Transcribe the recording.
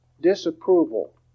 disapproval